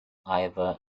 ivor